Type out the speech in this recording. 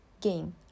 game